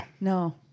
No